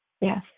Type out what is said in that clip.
Yes